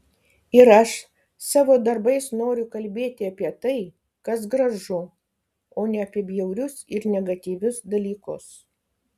ir aš savo darbais noriu kalbėti apie tai kas gražu o ne apie bjaurius ir negatyvius dalykus